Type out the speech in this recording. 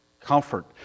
comfort